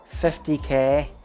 50k